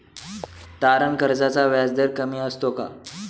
तारण कर्जाचा व्याजदर कमी असतो का?